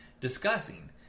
discussing